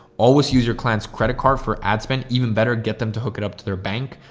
always use your client's credit card for ad spend. even better, get them to hook it up to their bank,